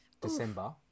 December